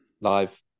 live